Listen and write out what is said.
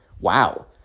wow